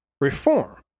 reform